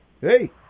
Hey